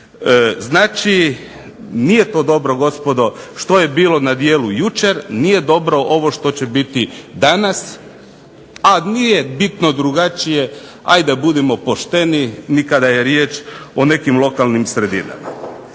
Dakle, nije to dobro gospodo što je bilo na djelu jučer, nije dobro ovo što će biti danas, a nije bitno drugačije da budemo pošteni, ni kada je riječ o nekim lokalnim sredinama.